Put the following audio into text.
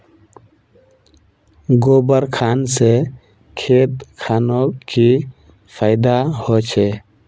गोबर खान से खेत खानोक की फायदा होछै?